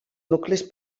nuclis